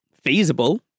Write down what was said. Feasible